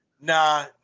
nah